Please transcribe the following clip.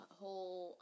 whole